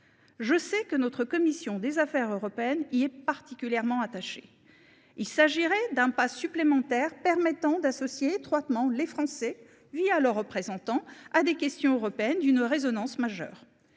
Je sais que notre commission des affaires européennes y est particulièrement attachée. Ce pas supplémentaire permettrait d’associer étroitement les Français, leurs représentants, à des questions européennes d’une résonance majeure.